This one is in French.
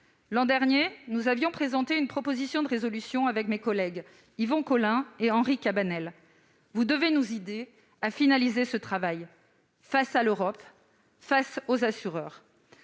L'an dernier, j'avais présenté une proposition de résolution avec mes collègues Yvon Collin et Henri Cabanel. Vous devez nous aider à finaliser ce travail face à l'Europe et face aux assureurs.